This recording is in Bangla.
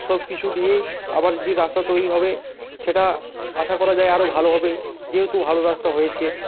সবকিছু দিয়েই আবার যে রাস্তা তৈরি হবে সেটা আশা করা যায় আরও ভালো হবে যেহেতু ভালো রাস্তা হয়েছে